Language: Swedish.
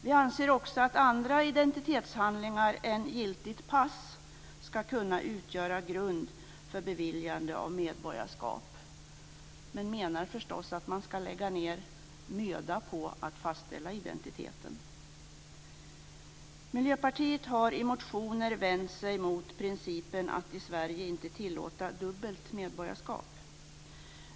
Vi anser också att andra identitetshandlingar än giltigt pass skall kunna utgöra grund för beviljande av medborgarskap, men vi menar förstås att man skall lägga ned möda på att fastställa identiteten. Miljöpartiet har i motioner vänt sig mot principen att inte tillåta dubbelt medborgarskap i Sverige.